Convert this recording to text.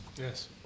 Yes